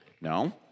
No